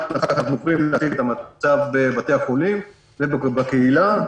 המצב בבתי החולים ובקהילה,